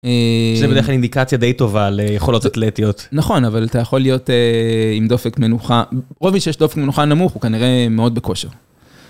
זה בדרך כלל אינדיקציה די טובה ליכולות אטלטיות. נכון, אבל אתה יכול להיות עם דופק מנוחה, לרוב מי שיש דופק מנוחה נמוך הוא כנראה מאוד בכושר.